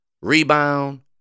rebound